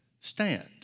stand